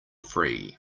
free